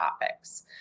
topics